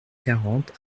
quarante